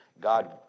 God